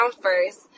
first